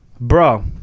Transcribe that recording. Bro